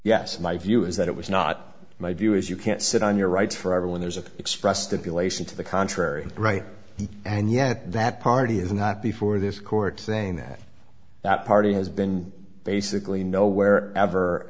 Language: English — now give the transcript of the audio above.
yes my view is that it was not my view is you can't sit on your rights for everyone there's a expressed if you lace it to the contrary right and yet that party is not before this court saying that that party has been basically nowhere ever